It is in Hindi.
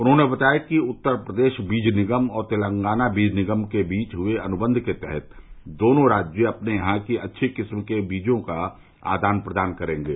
उन्होंने बताया कि उत्तर प्रदेश बीज निगम और तेलंगाना बीज निगम के बीच हुए अनुबंध के तहत दोनों राज्य अपने यहां की अच्छी क्स्म के बीजों का आदान प्रदान करेंगे